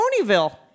Ponyville